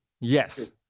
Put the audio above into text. yes